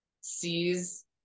sees